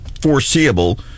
foreseeable